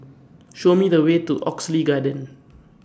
Show Me The Way to Oxley Garden